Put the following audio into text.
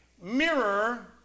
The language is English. mirror